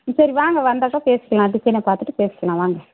சரி வாங்க வந்தப்போ பேசிக்கலாம் டிசைனை பார்த்துட்டு பேசிக்கலாம் வாங்க